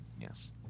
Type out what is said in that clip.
Yes